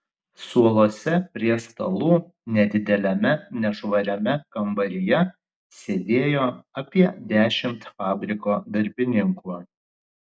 suoluose prie stalų nedideliame nešvariame kambaryje sėdėjo apie dešimt fabriko darbininkų